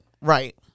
right